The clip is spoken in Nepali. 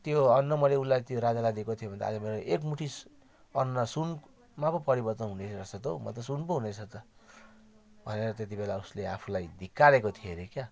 त्यो अन्न मैले उसलाई त्यो राजालाई दिएको थिएँ भने त आज मेरो एक मुठी अन्न सुनमा पो परिवर्तन हुनेरहेछ त हो म त सुन पो हुनेरहेछ त भनेर त्यति बेला उसले आफूलाई धिक्कारेको थियो अरे क्या